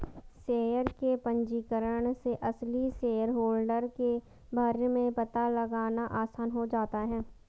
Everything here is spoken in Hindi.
शेयर के पंजीकरण से असली शेयरहोल्डर के बारे में पता लगाना आसान हो जाता है